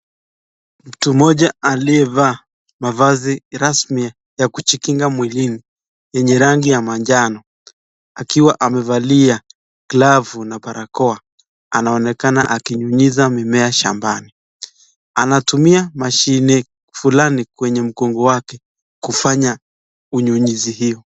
Mtu mmoja aliyevaa mavazi rasmi ya kujikinga mwilini yenye rangi ya manjano akiwa amevalia glavu na barakoa, anaonekana akinyunyiza mimea shambani. Anatumia mashine flani kwenye mgongo wake kufanya unyunyizi hiyo.